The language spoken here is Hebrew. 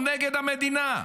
הוא נגד המדינה,